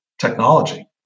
technology